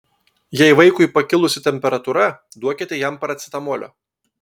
jei vaikui pakilusi temperatūra duokite jam paracetamolio